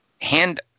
hand –